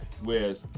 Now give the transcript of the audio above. Whereas